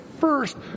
first